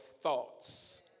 thoughts